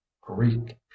Greek